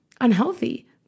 unhealthy